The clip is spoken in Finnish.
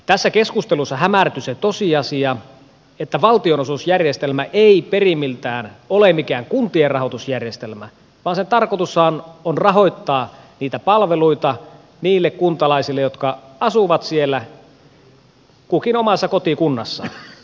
tässä keskustelussa hämärtyi se tosiasia että valtionosuusjärjestelmä ei perimmiltään ole mikään kuntien rahoitusjärjestelmä vaan sen tarkoitus on rahoittaa niitä palveluita niille kuntalaisille jotka asuvat kukin siellä omassa kotikunnassaan